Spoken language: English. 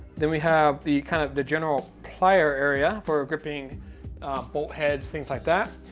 then we have the kind of the general plier area for gripping bolt heads, things like that.